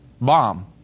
bomb